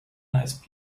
nice